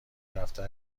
دفتر